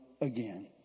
again